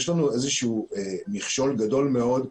יש לנו איזשהו מכשול גדול מאוד,